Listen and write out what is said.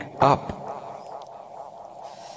up